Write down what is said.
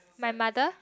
my mother